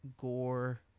Gore